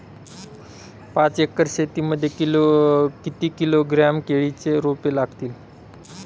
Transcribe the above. पाच एकर शेती मध्ये किती किलोग्रॅम केळीची रोपे लागतील?